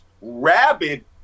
rabid